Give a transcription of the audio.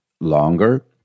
longer